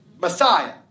Messiah